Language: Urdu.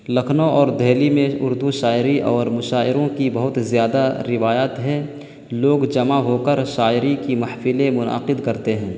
لکھنؤ اور دہلی میں اردو شاعری اور مشاعروں کی بہت زیادہ روایت ہے لوگ جمع ہو کر شاعری کی محفلیں منعقد کرتے ہیں